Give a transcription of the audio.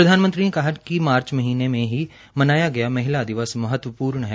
प्रधानमंत्री ने कहा कि मार्च महीनें में ही मनाया गया महिला दिवस महत्वपूर्ण है